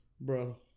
Bro